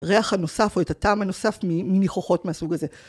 ריח הנוסף או את הטעם הנוסף מניחוחות מהסוג הזה.